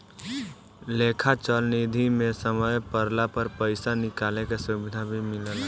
लेखा चल निधी मे समय पड़ला पर पइसा निकाले के सुविधा भी मिलेला